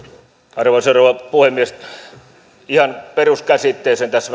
arvoisa rouva puhemies ihan peruskäsitteeseen tässä